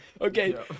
Okay